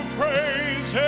praise